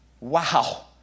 wow